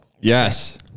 Yes